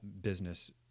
business